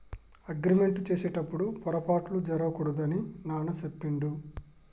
agreement చేసేటప్పుడు పొరపాట్లు జరగకూడదు అని నాన్న చెప్పిండు